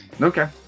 Okay